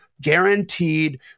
guaranteed